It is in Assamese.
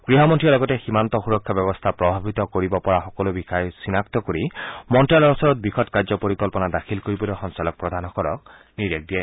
গৃহমন্ত্ৰীয়ে লগতে সীমান্ত সূৰক্ষা ব্যৱস্থা প্ৰভাৱিত কৰিব পৰা সকলো বিষয় চিনাক্ত কৰি মন্ত্যালয়ৰ ওচৰত বিশদ কাৰ্য পৰিকল্পনা দাখিল কৰিবলৈ সঞ্চালকপ্ৰধানসকলক নিৰ্দেশ দিয়ে